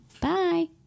Bye